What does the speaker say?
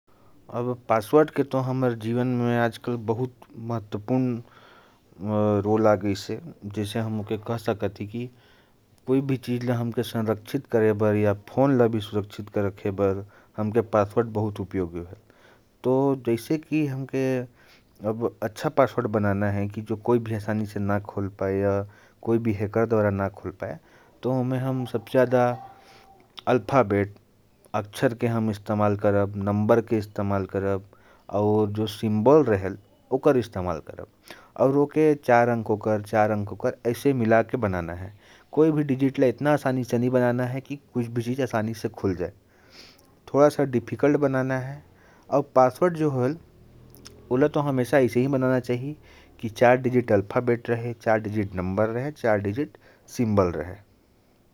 पासवर्ड का हमारे जीवन में बहुत बड़ा रोल है। कोई भी चीज़ को सुरक्षित रखने के लिए पासवर्ड काम आता है। पासवर्ड बनाने का तरीका होता है -चार अक्षरों का शब्द, चार अंक, और विशेष प्रतीक मिलाकर बनाना चाहिए।